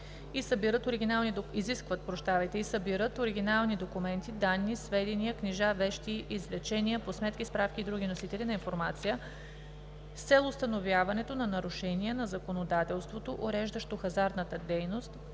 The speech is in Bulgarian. и събират оригинални документи, данни, сведения, книжа, вещи, извлечения по сметки, справки и други носители на информация с цел установяването на нарушения на законодателството, уреждащо хазартната дейност